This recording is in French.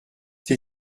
tes